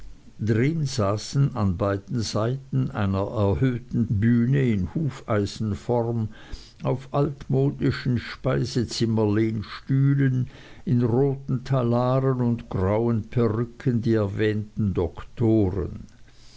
drin saßen an beiden seiten einer erhöhten bühne in hufeisenform auf altmodischen speisezimmerlehnstühlen in roten talaren und grauen perücken die erwähnten doktoren